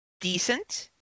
decent